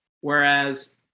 Whereas